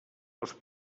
els